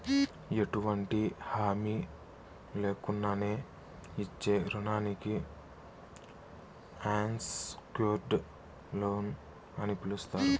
ఎటువంటి హామీ లేకున్నానే ఇచ్చే రుణానికి అన్సెక్యూర్డ్ లోన్ అని పిలస్తారు